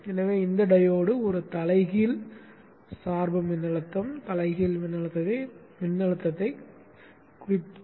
எனவே இந்த டையோடு ஒரு தலைகீழ் சார்பு மின்னழுத்தம் தலைகீழ் மின்னழுத்தத்தைக் காண்கிறது